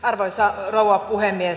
arvoisa rouva puhemies